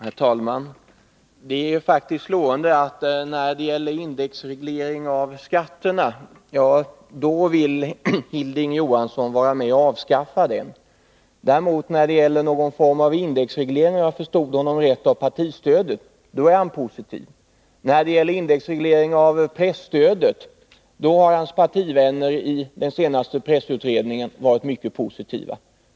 Herr talman! Det är slående att Hilding Johansson vill vara med om att avskaffa indexregleringen av skatterna men att han däremot, om jag förstod honom rätt, är positiv till någon form av indexreglering av partistödet. När det gäller indexregleringen av presstödet har hans partivänner i den senaste pressutredningen varit mycket positiva.